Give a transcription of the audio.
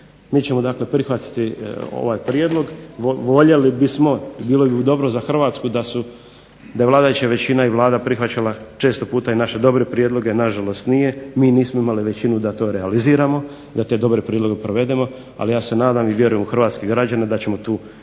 mi ćemo dakle prihvatiti ovaj prijedlog, voljeli bismo, bilo bi dobro za Hrvatsku da su, da je vladajuća većina i Vlada prihvaćala često puta i naše dobre prijedloge, na žalost nije, mi nismo imali većinu da to realiziramo, da te dobre prijedloge provedemo, ali ja se nadam i vjerujem u hrvatske građane da ćemo tu većinu